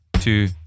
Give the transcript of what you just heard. two